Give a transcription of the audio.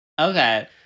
Okay